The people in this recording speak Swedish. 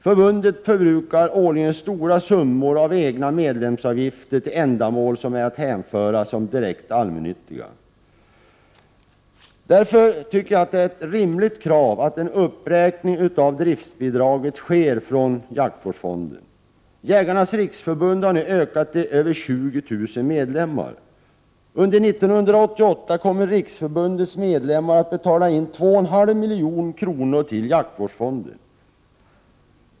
Förbundet förbrukar årligen stora summor av egna medlemsavgifter till ändamål som är att hänföra som direkt allmännyttiga. Därför tycker jag att det är ett rimligt krav att det sker en uppräkning av driftsbidraget från jaktvårdsfonden. Jägarnas riksförbund har nu ökat till 20 000 medlemmar. Under 1988 kommer riksförbundets medlemmar att betala in 2,5 milj.kr. till jaktvårdsfonden.